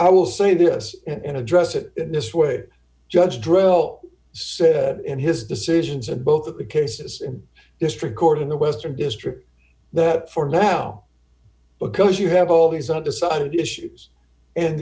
i will say this and address it this way judge drill said in his decisions and both cases district court in the western district that for now because you have all these undecided issues and